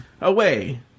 away